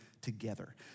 together